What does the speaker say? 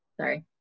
sorry